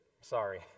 Sorry